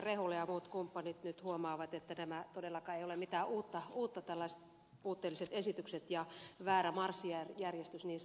rehula ja muut kumppanit nyt huomaavat että nämä todellakaan eivät ole mitään uutta tällaiset puutteelliset esitykset ja väärä marssijärjestys niin sanotusti